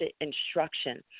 instruction